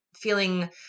feeling